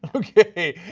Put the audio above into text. but okay.